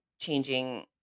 changing